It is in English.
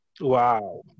Wow